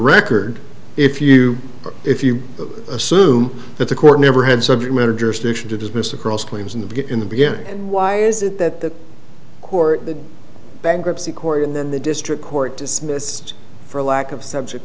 record if you if you assume that the court never had subject matter jurisdiction to dismiss across claims and get in the beginning why is it that the court the bankruptcy court and then the district court dismissed for lack of subject